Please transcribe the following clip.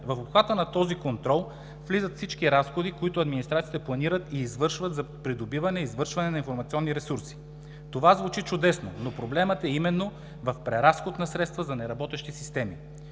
В обхвата на този контрол влизат всички разходи, които администрациите планират и извършват за придобиване, извършване на информационни ресурси.“ Това звучи чудесно, но проблемът е именно в преразход на средства за неработещи системи.